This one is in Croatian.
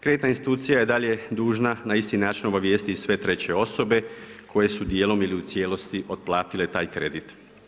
Kreditna institucija i dalje dužna na isti način obavijestiti i sve treće osobe koje su dijelom ili u cijelosti otplatile taj kredit.